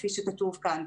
כפי שכתוב כאן,